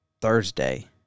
thursday